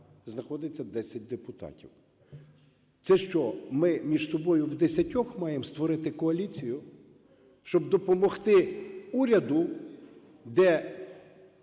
знаходиться 10 депутатів. Це що, ми між собою в десятьох маємо створити коаліцію, щоб допомогти уряду, де